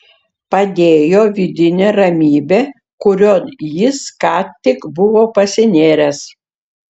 padėjo vidinė ramybė kurion jis ką tik buvo pasinėręs